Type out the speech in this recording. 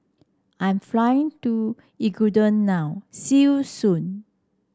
I'm flying to Ecuador now see you soon